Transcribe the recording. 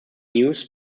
news